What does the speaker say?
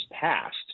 passed